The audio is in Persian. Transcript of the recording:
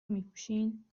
میپوشین